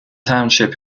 township